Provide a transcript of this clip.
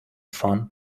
fun